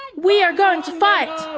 we are going to fight!